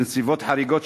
בנסיבות חריגות,